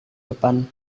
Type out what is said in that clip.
depan